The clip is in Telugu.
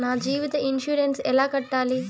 నా జీవిత ఇన్సూరెన్సు ఎలా కట్టాలి?